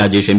Rajesh M